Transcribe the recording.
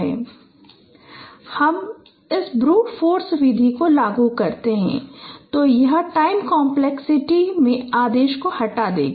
आमतौर पर अगर हम उनमें से प्रत्येक के लिए दूरियों की गणना करने की इस ब्रूट फ़ोर्स विधि को लागू करते है तो यह टाइम कॉम्प्लेक्सिटी में आदेश को हटा देगा